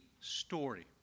story